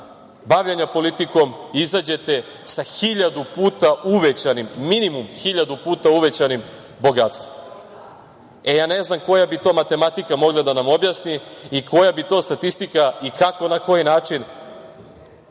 bavljenja politikom izađete sa hiljadu puta uvećanim, minimum hiljadu puta uvećanim bogatstvom. E, ja ne znam koja bi to matematika mogla da nam objasni i koja bi to statistika i kako i na koji način